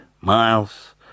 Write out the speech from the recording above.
Miles